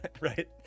right